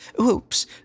Oops